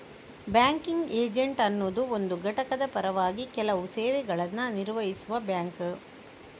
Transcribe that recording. banking agent ಅನ್ನುದು ಒಂದು ಘಟಕದ ಪರವಾಗಿ ಕೆಲವು ಸೇವೆಗಳನ್ನ ನಿರ್ವಹಿಸುವ ಬ್ಯಾಂಕ್